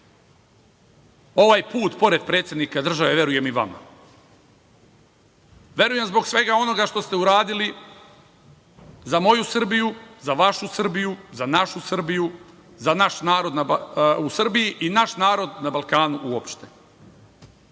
Ovaj put, pored predsednika države, verujem i vama. Verujem zbog svega onoga što ste uradili za moju Srbiju, za vašu Srbiju, za našu Srbiju, za naš narod u Srbiji i naš narod na Balkanu, uopšte.